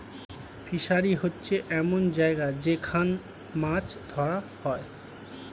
fishery হচ্ছে এমন জায়গা যেখান মাছ ধরা হয়